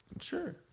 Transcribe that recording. Sure